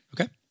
Okay